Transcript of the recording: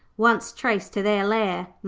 once traced to their lair,